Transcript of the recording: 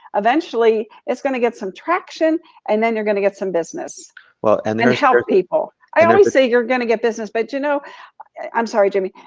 eventually, it's gonna get some traction and then you're gonna get some business and then help people. i always say, you're gonna get business, but you know i'm sorry jimmy.